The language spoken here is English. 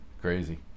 Crazy